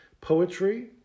poetry